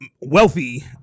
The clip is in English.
Wealthy